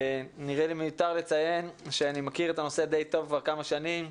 נראה לי מיותר לציין שאני מכיר את הנושא די טוב כבר כמה שנים,